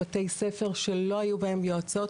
בתי ספר שלא היו בהם יועצות,